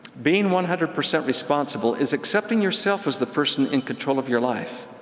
being one hundred percent responsible is accepting yourself as the person in control of your life.